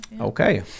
Okay